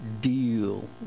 deal